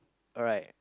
alright